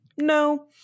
No